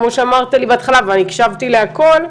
כמו שאמרת לי בהתחלה ואני הקשבתי להכול,